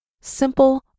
Simple